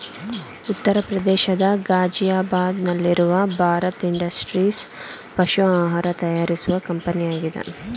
ಉತ್ತರ ಪ್ರದೇಶದ ಗಾಜಿಯಾಬಾದ್ ನಲ್ಲಿರುವ ಭಾರತ್ ಇಂಡಸ್ಟ್ರೀಸ್ ಪಶು ಆಹಾರ ತಯಾರಿಸುವ ಕಂಪನಿಯಾಗಿದೆ